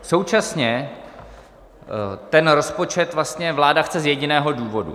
Současně ten rozpočet vlastně vláda chce z jediného důvodu.